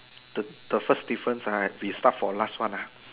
the the first difference uh we start from last one uh